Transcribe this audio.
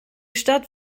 stadt